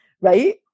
right